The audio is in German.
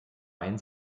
einen